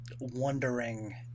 wondering